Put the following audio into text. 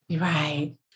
Right